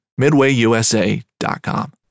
MidwayUSA.com